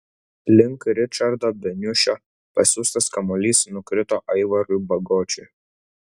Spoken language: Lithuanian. link ričardo beniušio pasiųstas kamuolys nukrito aivarui bagočiui